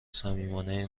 صمیمانه